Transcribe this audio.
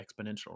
exponential